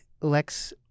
Lex